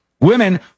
Women